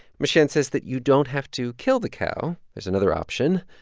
machien says that you don't have to kill the cow. there's another option.